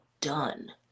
done